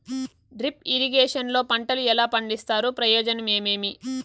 Drip irrigation లో పంటలు ఎలా పండిస్తారు ప్రయోజనం ఏమేమి?